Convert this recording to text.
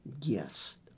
Yes